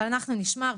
אבל אנחנו נשמע.